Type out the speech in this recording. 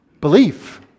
Belief